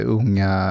unga